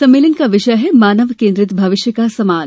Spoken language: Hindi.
सम्मेलन का विषय है मानव केन्द्रित भविष्य का समाज